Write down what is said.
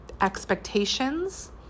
expectations